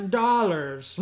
dollars